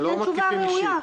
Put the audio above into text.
שייתן תשובה ראויה.